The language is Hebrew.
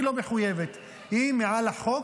היא לא מחויבת, היא מעל החוק,